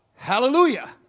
Hallelujah